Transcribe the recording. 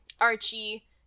Archie